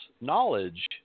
knowledge